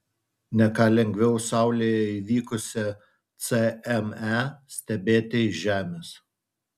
ne ką lengviau saulėje įvykusią cme stebėti iš žemės